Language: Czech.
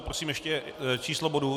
Prosím ještě o číslo bodu.